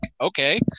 Okay